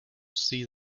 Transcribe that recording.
see